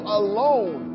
alone